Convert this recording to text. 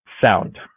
Sound